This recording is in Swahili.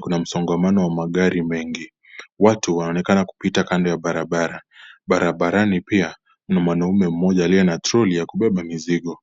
kuna msingamano wa magari wengi, watu wanaonekana kupita kando ya barabara .Barabarani pia kuna mwanaume mmoja aliyena troli ya kibeba mzigo.